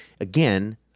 again